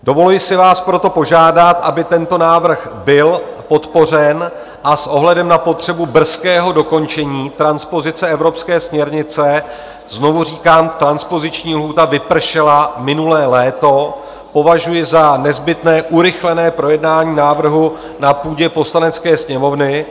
Dovoluji si vás proto požádat, aby tento návrh byl podpořen a s ohledem na potřebu brzkého dokončení transpozice evropské směrnice znovu říkám, transpoziční lhůta vypršela minulé léto považuji za nezbytné urychlené projednání návrhu na půdě Poslanecké sněmovny.